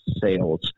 sales